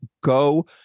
go